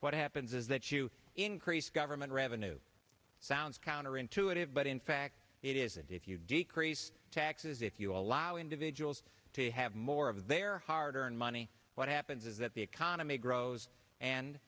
what happens is that you increase government revenue it sounds counterintuitive but in fact it is that if you decrease taxes if you allow individuals to have more of their hard earned money what happens is that the economy grows and